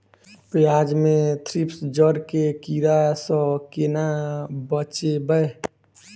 प्याज मे थ्रिप्स जड़ केँ कीड़ा सँ केना बचेबै?